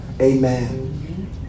Amen